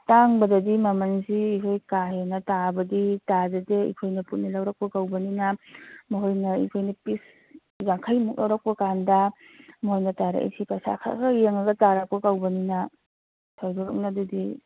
ꯑꯇꯥꯡꯕꯗꯗꯤ ꯃꯃꯜꯁꯤ ꯑꯩꯈꯣꯏ ꯀꯥꯍꯦꯟꯅ ꯇꯥꯕꯗꯤ ꯇꯥꯖꯗꯦ ꯑꯩꯈꯣꯏꯅ ꯄꯨꯟꯅ ꯂꯧꯔꯛꯄ ꯀꯧꯕꯅꯤꯅ ꯃꯈꯣꯏꯅ ꯑꯩꯈꯣꯏꯅ ꯄꯤꯁ ꯌꯥꯡꯈꯩꯃꯨꯛ ꯂꯧꯔꯛꯄꯀꯥꯟꯗ ꯃꯈꯣꯏꯅ ꯇꯥꯔꯛꯏꯁꯤ ꯄꯩꯁꯥ ꯈꯔ ꯈꯔ ꯌꯦꯡꯉꯒ ꯇꯥꯔꯛꯄ ꯀꯧꯕꯅꯤꯅ ꯊꯣꯏꯗꯣꯛꯅ ꯑꯗꯨꯗꯤ